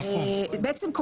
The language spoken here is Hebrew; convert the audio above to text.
בעצם,